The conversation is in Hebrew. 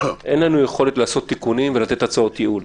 אין לנו יכולת לעשות תיקונים ולתת הצעות ייעול.